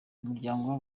umuryango